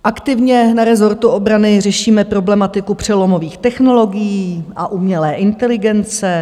Aktivně na rezortu obrany řešíme problematiku přelomových technologií a umělé inteligence.